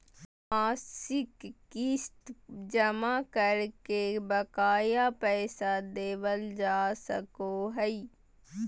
मासिक किस्त जमा करके बकाया पैसा देबल जा सको हय